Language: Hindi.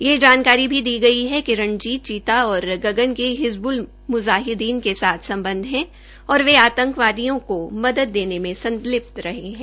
यह भी जानकारी दी गई है कि रणजीत चीता और गगन के हिजबुल मुजाहीदीन के साथ संबंध हैं और वे आतंकवादियों को मदद देने के संलिप्त रहे हैं